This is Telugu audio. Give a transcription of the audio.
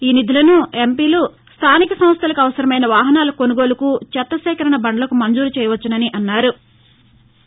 ఆ నిధులను ఎంపీలు స్థానిక సంస్థలకు అవసరమైన వాహనాల కొనుగోలుకు చెత్తసేకరణ బండ్లకు మంజూరు చేయవచ్చని అన్నారు